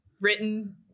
written